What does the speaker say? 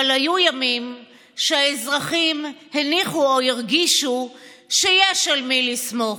אבל היו ימים שהאזרחים הניחו או הרגישו שיש על מי לסמוך,